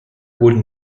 wurden